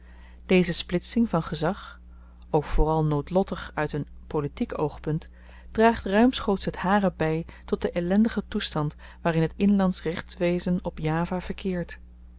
deze splitsing van gezag ook vooral noodlottig uit n politiek oogpunt draagt ruimschoots het hare by tot den ellendigen toestand waarin t inlandsch rechtswezen op java verkeert